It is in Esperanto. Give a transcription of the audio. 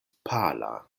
pala